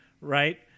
right